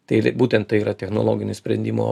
tai ir būtent tai yra technologinių sprendimo